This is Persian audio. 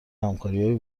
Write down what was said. همکاریهایی